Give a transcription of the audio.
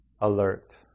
alert